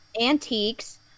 antiques